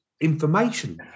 information